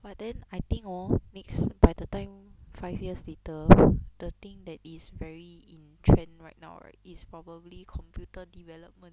but then I think orh next by the time five years later the thing that is very in trend right now right is probably computer development